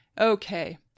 Okay